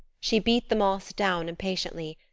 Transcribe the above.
she beat the moss down impatiently,